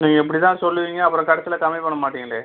நீங்கள் இப்படி தான் சொல்லுவிங்க அப்புறம் கடைசியில் கம்மி பண்ண மாட்டிங்களே